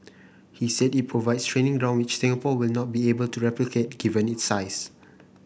he said it provides training ground which Singapore will not be able to replicate given its size